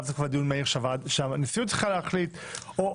לאו דווקא דיון מהיר שהנשיאות צריכה להחליט עליו,